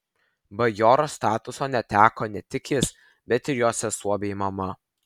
bajoro statuso neteko ne tik jis bet ir jo sesuo bei mama